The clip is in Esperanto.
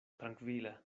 trankvila